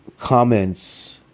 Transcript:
comments